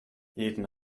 jeden